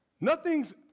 Nothing's